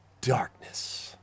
darkness